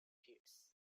kids